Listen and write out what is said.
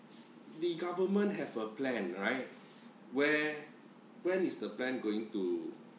the government have a plan right where when is the plan going to